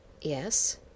Yes